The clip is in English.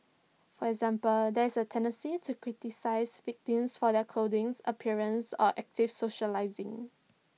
for example there is A tendency to criticise victims for their clothing appearance or active socialising